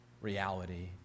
reality